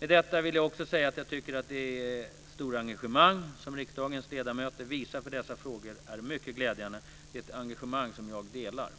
2001/02:64 och 91). Med detta vill jag också säga att jag tycker att det stora engagemang som riksdagens ledamöter visar för dessa frågor är mycket glädjande. Det är ett engagemang som jag delar.